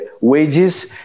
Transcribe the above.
wages